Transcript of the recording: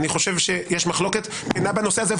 יש מחלוקת בנושא הזה,